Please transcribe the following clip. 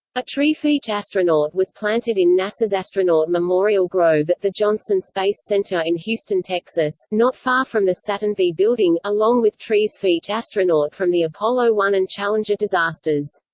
a tree for each astronaut was planted in nasa's astronaut memorial grove at the johnson space center in houston, texas, not far from the saturn v building, along with trees for each astronaut from the apollo one and challenger disasters.